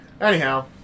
Anyhow